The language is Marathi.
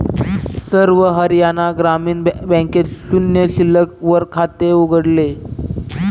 सर्व हरियाणा ग्रामीण बँकेत शून्य शिल्लक वर खाते उघडले